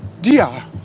Dia